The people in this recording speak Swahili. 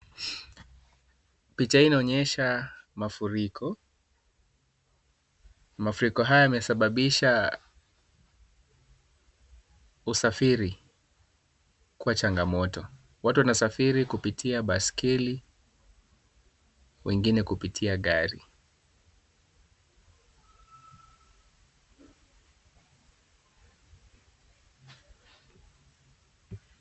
Picha hii inaonyesha mafuriko. Mafuriko hayo yamesababisha usafiri kuwa changamoto. Watu wanasafiri kupitia baiskeli, wengine kupitia gari.